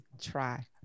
try